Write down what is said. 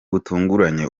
butunguranye